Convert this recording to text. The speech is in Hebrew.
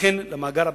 וכן למאגר הביומטרי.